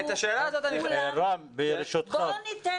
רם ברשותך,